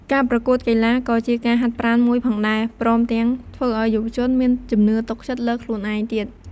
ការប្រគួតកីឡា ក៏ជាការហាត់ប្រាណមួយផងដែរ ព្រមទាំងធ្វើឲ្យយុវជនមានជំនឿទុកចិត្តលើខ្លួនឯងទៀត។